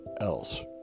else